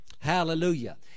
Hallelujah